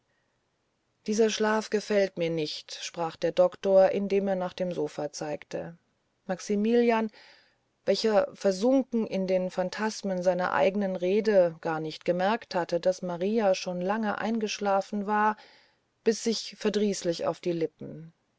dieser schlaf gefällt mir nicht sprach der doktor indem er nach dem sofa zeigte maximilian welcher versunken in den phantasmen seiner eignen rede gar nicht gemerkt hatte daß maria schon lange eingeschlafen war biß sich verdrießlich in die lippen